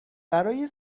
برای